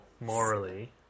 morally